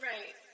Right